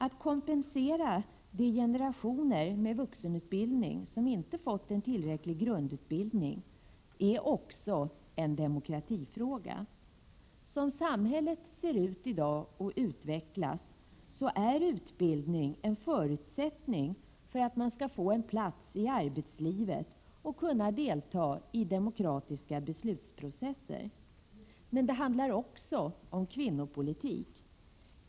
Att med vuxenutbildning kompensera de generationer som inte fått en tillräcklig grundutbildning är också en demokratifråga. Som samhället ser ut och utvecklas i dag är utbildning en förutsättning för att man skall få en plats i arbetslivet och kunna delta i demokratiska beslutsprocesser. Men det handlar också om kvinnopolitik.